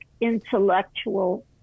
intellectual